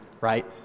right